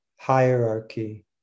hierarchy